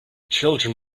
children